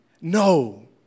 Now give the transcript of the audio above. No